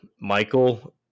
Michael